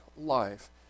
life